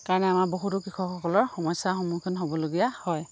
কাৰণে আমাৰ বহুতো কৃষকসকলৰ সমস্যাৰ সন্মুখীন হ'বলগীয়া হয়